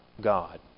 God